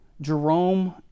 Jerome